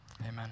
amen